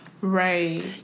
Right